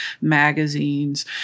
magazines